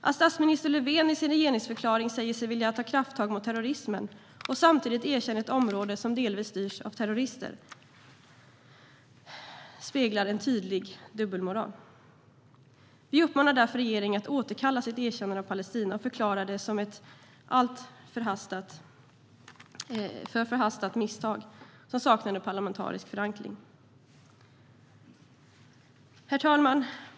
Att statsminister Löfven i sin regeringsförklaring säger sig vilja ta krafttag mot terrorismen men ändå erkänner ett område som delvis styrs av terrorister speglar en tydlig dubbelmoral. Vi uppmanar därför regeringen att återkalla sitt erkännande av Palestina och förklara det vara ett misstag, ett förhastat beslut som saknade parlamentarisk förankring. Herr talman!